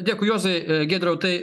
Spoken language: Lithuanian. dėkui juozai giedriau tai